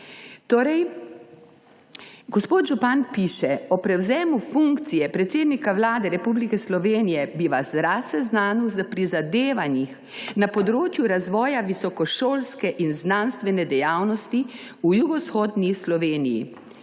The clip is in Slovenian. Torej gospod župan piše: »Ob prevzemu funkcije predsednika Vlade Republike Slovenije bi vas rad seznanil s prizadevanji na področju razvoja visokošolske in znanstvene dejavnosti v jugovzhodni Sloveniji.